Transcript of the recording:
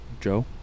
Joe